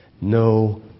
no